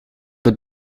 het